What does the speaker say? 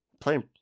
playing